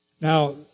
Now